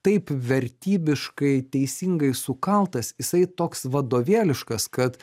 taip vertybiškai teisingai sukaltas jisai toks vadovėliškas kad